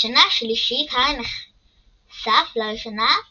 בשנה השלישית, הארי נחשף לראשונה לסנדקו,